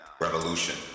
Revolution